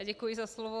Děkuji za slovo.